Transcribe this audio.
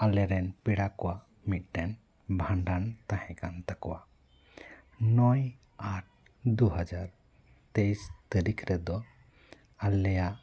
ᱟᱞᱮ ᱨᱮᱱ ᱯᱮᱲᱟ ᱠᱚᱣᱟᱜ ᱢᱤᱫᱴᱮᱱ ᱵᱷᱟᱸᱰᱟᱱ ᱛᱟᱦᱮᱸ ᱠᱟᱱ ᱛᱟᱠᱚᱣᱟ ᱱᱚᱭ ᱟᱴ ᱫᱩᱦᱟᱡᱟᱨ ᱛᱮᱭᱤᱥ ᱛᱟᱨᱤᱠᱷ ᱨᱮᱫᱚ ᱟᱞᱮᱭᱟᱜ